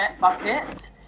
bucket